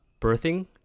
birthing